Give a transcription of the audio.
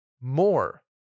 more